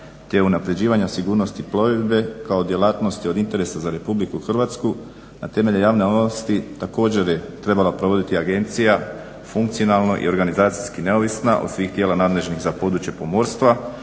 te unaprjeđivanja sigurnosti plovidbe kao djelatnosti od interesa za RH, a temeljem javne ovlasti također je trebala provoditi agencija, funkcionalno i organizacijskih neovisna od svih tijela nadležnih za područje pomorstva.